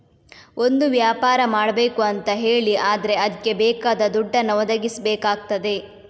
ಒಂದು ವ್ಯಾಪಾರ ಮಾಡ್ಬೇಕು ಅಂತ ಹೇಳಿ ಆದ್ರೆ ಅದ್ಕೆ ಬೇಕಾದ ದುಡ್ಡನ್ನ ಒದಗಿಸಬೇಕಾಗ್ತದೆ